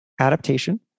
adaptation